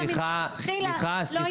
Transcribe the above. לא,